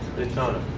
daytona?